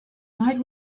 night